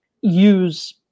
use –